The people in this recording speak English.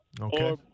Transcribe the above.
Okay